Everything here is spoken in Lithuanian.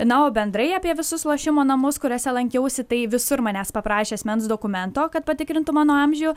na o bendrai apie visus lošimo namus kuriuose lankiausi tai visur manęs paprašė asmens dokumento kad patikrintų mano amžių